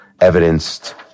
evidenced